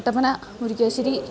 Kattappana Murickassery